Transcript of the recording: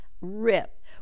rip